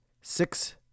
six